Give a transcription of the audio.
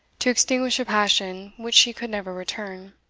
to extinguish a passion which she could never return.